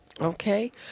Okay